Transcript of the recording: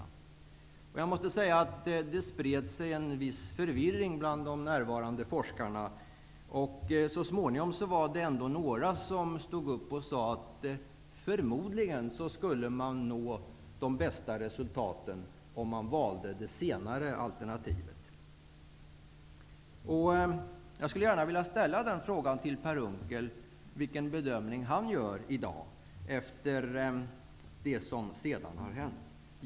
Jag måste säga att det spred sig en viss förvirring bland de närvarande forskarna. Så småningom stod några upp och sade att man förmodligen skulle nå de bästa resultaten om man valde det senare alternativet. Unckel gör i dag efter det som sedan har hänt.